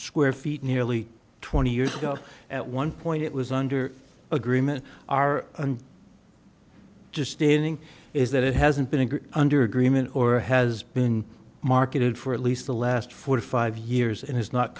square feet nearly twenty years ago at one point it was under agreement are just standing is that it hasn't been under greenman or has been marketed for at least the last four or five years and is not